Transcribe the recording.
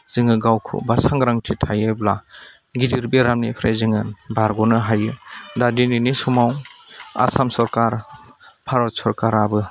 जोङो गावखौ बा सांग्रांथि थायोब्ला गिदिर बेरामनिफ्राय जोङो बारग'नो हायो दा दिनैनि समाव आसाम सरकार भारत सरकाराबो